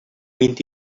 vint